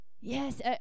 Yes